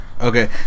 Okay